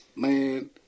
Man